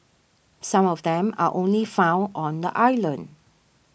some of them are only found on the island